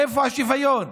איפה השוויון?